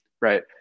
right